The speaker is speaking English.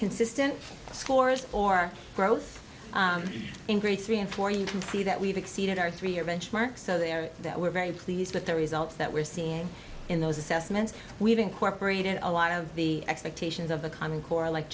consistent scores or growth in grades three and four you can see that we've exceeded our three year benchmarks so there that we're very pleased with the results that we're seeing in those assessments we've incorporated a lot of the expectations of the common core like